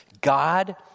God